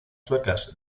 suecas